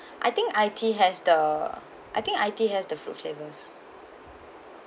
I think I_ tea has the I think I_ tea has the fruit flavours